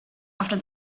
after